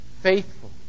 faithful